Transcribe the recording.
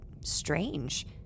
strange